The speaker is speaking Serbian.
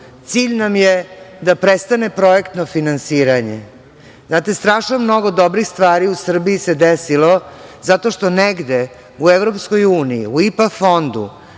cilj nam je da prestane projektno finansiranje. Znate, strašno mnogo dobrih stvari u Srbiji se desilo zato što negde u EU, u IPA Fondu,